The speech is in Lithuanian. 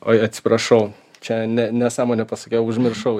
oi atsiprašau čia ne nesąmonė pasakiau užmiršau